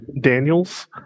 Daniels